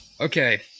okay